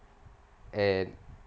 and